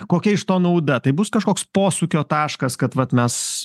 kokia iš to nauda tai bus kažkoks posūkio taškas kad vat mes